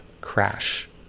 crash